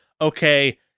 okay